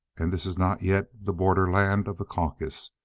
and this is not yet the borderland of the caucasus.